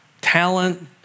talent